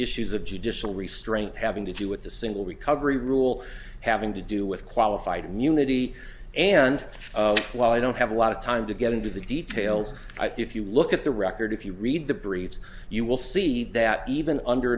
issues of judicial restraint having to do with the single recovery rule having to do with qualified immunity and while i don't have a lot of time to get into the details i think if you look at the record if you read the briefs you will see that even under